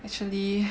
actually